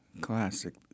classic